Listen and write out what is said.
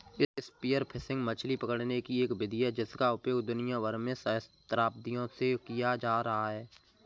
spear fishing मछली पकड़ने की एक विधि है जिसका उपयोग दुनिया भर में सहस्राब्दियों से किया जाता रहा है